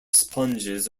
sponges